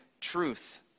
truth